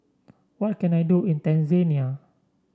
what can I do in Tanzania